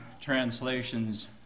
translations